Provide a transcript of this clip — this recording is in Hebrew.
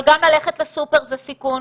אבל גם ללכת לסופר זה סיכון,